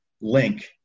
link